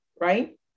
right